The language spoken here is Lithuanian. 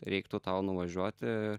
reiktų tau nuvažiuoti